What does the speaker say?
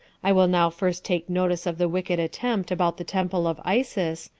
i will now first take notice of the wicked attempt about the temple of isis,